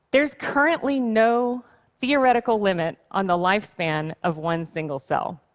there's currently no theoretical limit on the lifespan of one single cell.